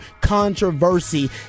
Controversy